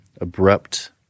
abrupt